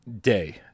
day